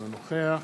אינו נוכח